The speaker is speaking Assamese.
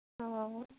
অঁ